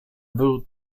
był